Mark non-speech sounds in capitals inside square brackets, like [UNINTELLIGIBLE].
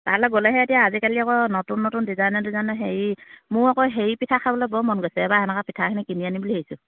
তালে গ'লেহে এতিয়া আজিকালি আকৌ নতুন নতুন ডিজাইনে ডিজাইনে হেৰি মোৰ আকৌ হেৰি পিঠা খাবলে বৰ মন গৈছে এবাৰ এনেকুৱা [UNINTELLIGIBLE] কিনি আনিম বুলি ভাবিছো